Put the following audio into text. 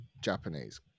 Japanese